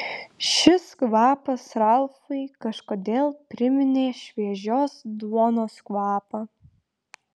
šis kvapas ralfui kažkodėl priminė šviežios duonos kvapą